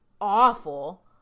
awful